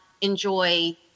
enjoy